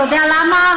אתה יודע למה?